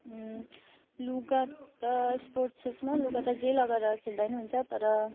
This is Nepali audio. लुगा त स्पोर्ट्स सुजमा लुगा त जे लगाएर खेल्दा पनि हुन्छ तर